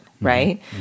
right